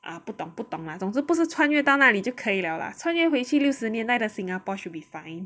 ah 不懂不懂 lah 总之不是穿越到那里就可以了啦穿越回去六十年代的 Singapore should be fine